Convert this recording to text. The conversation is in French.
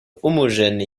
homogène